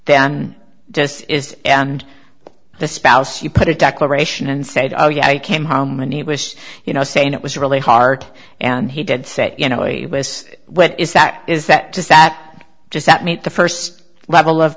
then just is and the spouse you put a declaration and said oh yeah he came home and he was you know saying it was really hard and he did say you know what is that is that does that just that meet the first level of